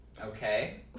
Okay